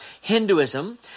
Hinduism